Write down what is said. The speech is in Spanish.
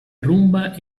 rumba